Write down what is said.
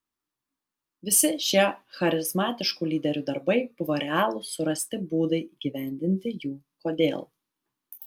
visi šie charizmatiškų lyderių darbai buvo realūs surasti būdai įgyvendinti jų kodėl